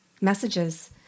messages